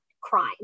crime